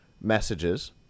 messages